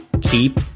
keep